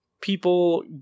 people